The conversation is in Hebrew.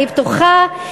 אני בטוחה.